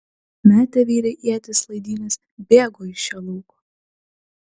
metė vyrai ietis laidynes bėgo iš šio lauko